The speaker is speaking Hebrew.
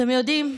אתם יודעים,